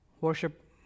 Worship